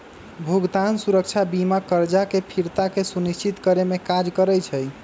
भुगतान सुरक्षा बीमा करजा के फ़िरता के सुनिश्चित करेमे काज करइ छइ